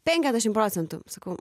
penkiasdešim procentų sakau